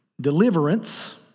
deliverance